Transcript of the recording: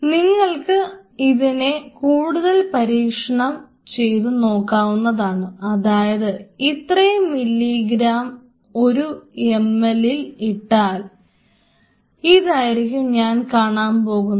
നിങ്ങൾക്ക് ഇതിനെ കൂടുതൽ പരീക്ഷണം ചെയ്തു നോക്കാവുന്നതാണ് അതായത് ഇത്രയും മില്ലിഗ്രാം ഒരു ml ൽ ഇട്ടാൽ ഇതായിരിക്കും ഞാൻ കാണാൻ പോകുന്നത്